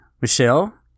Michelle